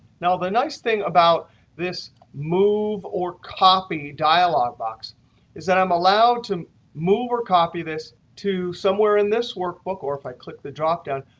now, the nice thing about this move or copy dialog box is that i'm allowed to move or copy this to somewhere in this workbook or if i click the dropdown,